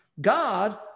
God